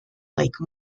lake